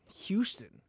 houston